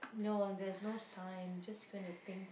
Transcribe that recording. no there's no time just gonna think